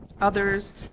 others